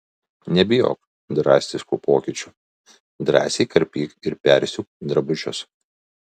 nebijok drastiškų pokyčių drąsiai karpyk ir persiūk drabužius